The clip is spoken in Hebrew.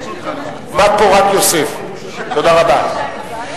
בת פורת יוסף, תודה רבה.